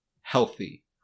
healthy